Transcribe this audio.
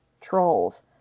trolls